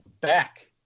back